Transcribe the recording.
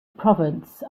province